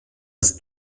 als